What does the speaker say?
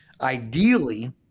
ideally